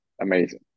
amazing